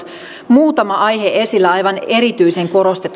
muutama aihe esillä aivan erityisen korostetusti